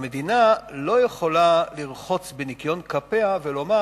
המדינה לא יכולה לרחוץ בניקיון כפיה ולומר